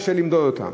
קשה למדוד אותם.